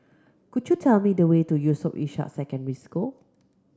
could you tell me the way to Yusof Ishak Secondary School